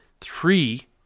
three